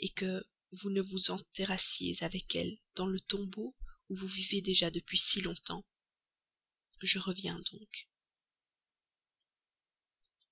tante que vous ne vous enterrassiez avec elle dans le tombeau où vous vivez déjà depuis si longtemps je reviens donc